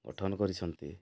ଗଠନ କରିଛନ୍ତି